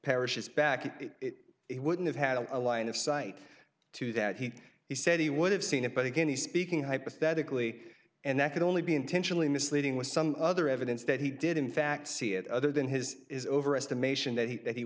parrish's back it wouldn't have had a line of sight to that he he said he would have seen it but again he's speaking hypothetically and that could only be intentionally misleading with some other evidence that he did in fact see it other than his is overestimation that he that he